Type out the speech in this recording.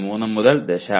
3 മുതൽ 0